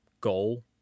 goal